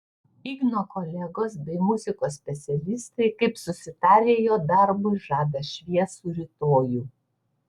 igno kolegos bei muzikos specialistai kaip susitarę jo darbui žada šviesų rytojų